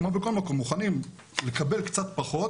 כמו בכל מקום, מוכנים לקבל קצת פחות